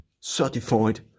certified